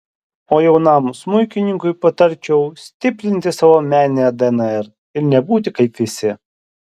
o jaunam smuikininkui patarčiau stiprinti savo meninę dnr ir nebūti kaip visi